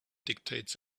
dictates